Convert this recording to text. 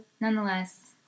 Nonetheless